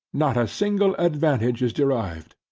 not a single advantage is derived.